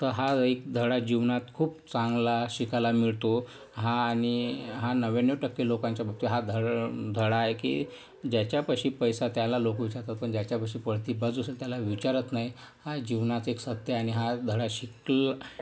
तर हा एक धडा जीवनात खूप चांगला शिकायला मिळतो हा आणि हा नव्याण्णव टक्के लोकांच्या पुढचा हा ध धडा आहे की ज्याच्यापाशी पैसा त्याला लोकं विचारतात पण ज्याच्यापाशी पडती बाजू असेल त्याला विचारत नाही हा जीवनाचे एक सत्य आहे आणि हा धडा शिकला